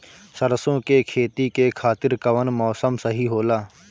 सरसो के खेती के खातिर कवन मौसम सही होला?